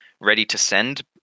ready-to-send